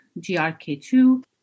GRK2